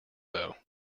though